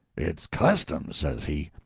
its customs! says he.